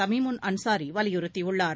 தமிமுன் அன்சாரி வலியுறுத்தியுள்ளார்